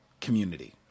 community